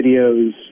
videos